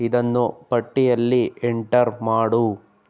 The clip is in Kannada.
ಇದನ್ನು ಪಟ್ಟಿಯಲ್ಲಿ ಎಂಟರ್ ಮಾಡು